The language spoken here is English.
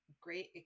great